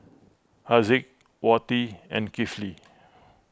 Haziq Wati and Kifli